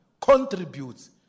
contributes